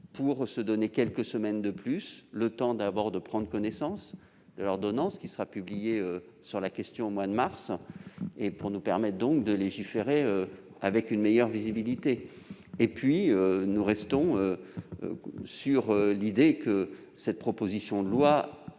pour nous donner quelques semaines de plus, le temps de prendre connaissance de l'ordonnance qui sera publiée sur la question au mois de mars. Nous aurions alors pu légiférer avec une meilleure visibilité. Ensuite, nous restons sur l'idée que cette proposition de loi